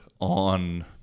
On